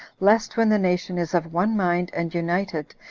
lest when the nation is of one mind, and united,